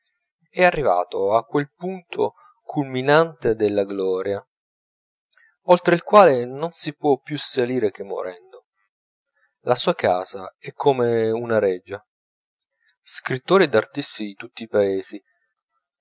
è arrivato a quel punto culminante della gloria oltre il quale non si può più salire che morendo la sua casa è come una reggia scrittori ed artisti di tutti i paesi